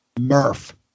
Murph